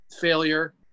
failure